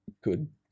good